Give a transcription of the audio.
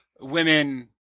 women